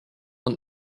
und